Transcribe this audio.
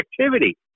activity